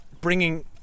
bringing